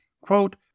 Quote